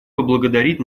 поблагодарить